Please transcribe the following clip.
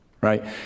right